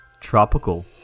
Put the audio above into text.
tropical